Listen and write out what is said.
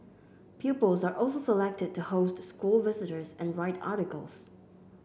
pupils are also selected to host school visitors and write articles